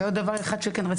ועוד דבר אחד שכן רציתי,